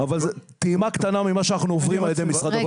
זו טעימה קטנה ממה שאנחנו עוברים על-ידי משרד הבריאות.